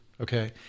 Okay